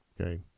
okay